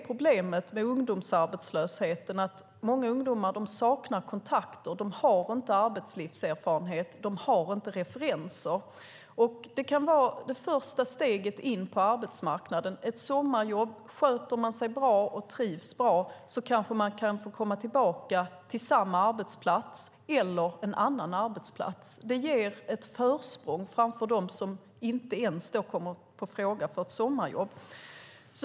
Problemet med ungdomsarbetslösheten är att många ungdomar saknar kontakter, de har inte arbetslivserfarenheter och de har inte referenser. Det kan vara det första steget in på arbetsmarknaden. Ett sommarjobb där man sköter sig och trivs bra kan innebära att man kan komma tillbaka till samma arbetsplats eller en annan arbetsplats. Det ger ett försprång framför dem som inte ens kommer i fråga för ett sommarjobb.